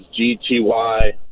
GTY